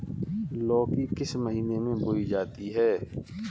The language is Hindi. लौकी किस महीने में बोई जाती है?